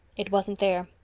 it wasn't there.